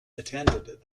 attended